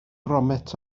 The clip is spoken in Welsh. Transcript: gromit